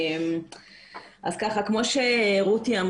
כמו שאמרה רותי,